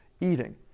eating